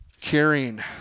caring